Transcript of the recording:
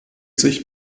sich